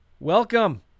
Welcome